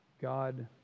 God